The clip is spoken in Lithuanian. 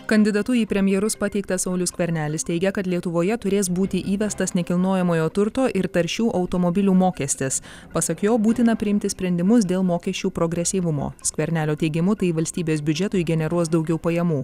kandidatu į premjerus pateiktas saulius skvernelis teigia kad lietuvoje turės būti įvestas nekilnojamojo turto ir taršių automobilių mokestis pasak jo būtina priimti sprendimus dėl mokesčių progresyvumo skvernelio teigimu tai valstybės biudžetui generuos daugiau pajamų